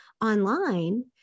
online